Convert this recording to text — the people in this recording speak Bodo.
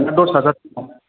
दस हाजार सिमाव